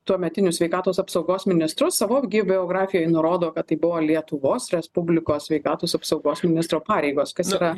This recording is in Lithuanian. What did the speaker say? tuometiniu sveikatos apsaugos ministru savo biografijoj nurodo kad tai buvo lietuvos respublikos sveikatos apsaugos ministro pareigos kas yra